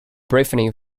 briefly